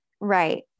right